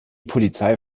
polizei